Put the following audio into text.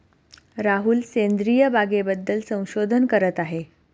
राहुल सेंद्रिय बागेबद्दल संशोधन करत आहे